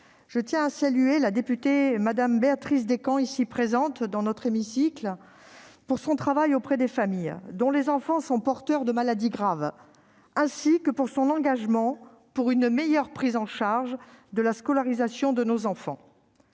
je tiens à saluer la députée Béatrice Descamps, présente dans nos tribunes, pour son travail auprès des familles dont les enfants sont porteurs de maladies graves, ainsi que pour son engagement en faveur d'une meilleure prise en charge de la scolarisation de nos enfants.